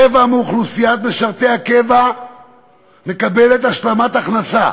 רבע מאוכלוסיית משרתי הקבע מקבלת השלמת הכנסה,